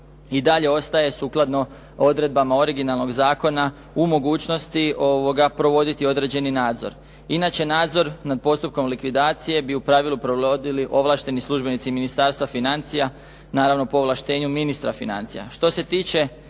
i dalje ostaje sukladno odredbama orginalnog zakona u mogućnosti provoditi određeni nadzor. Inače nadzor nad postupkom likvidacije bi u pravilu provodili ovlašteni službenici Ministarstva financija naravno po ovlaštenju ministra financija.